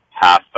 half